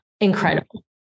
Incredible